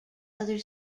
other